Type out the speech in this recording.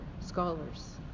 Scholars